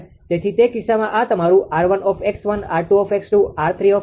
તેથી તે કિસ્સામાં આ તમારું 𝑟1𝑥1 𝑟2𝑥2 𝑟3𝑥3 છે